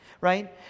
right